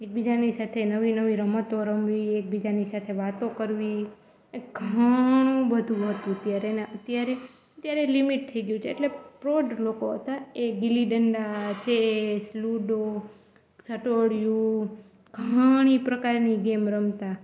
એકબીજાની સાથે નવી નવી રમતો રમવી એકબીજાની સાથે વાતો કરવી એ ઘણું બધું હતું ત્યારે ને અત્યારે અત્યારે લિમિટ થઈ ગયું છે એટલે પ્રૌઢ લોકો હતાં એ ગિલ્લી દંડા ચેસ લુડો સટોડિયું ઘણી પ્રકારની ગેમ રમતાં